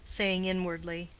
saying inwardly,